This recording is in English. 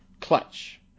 Clutch